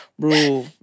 Bro